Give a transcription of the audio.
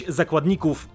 zakładników